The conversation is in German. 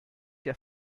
der